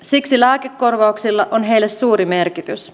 siksi lääkekorvauksilla on heille suuri merkitys